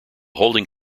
holding